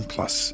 Plus